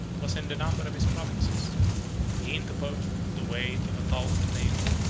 was in the number of his provinces he interposed, with the weight of a powerful neighbor,